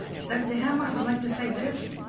so to him, i would like to say this.